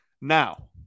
now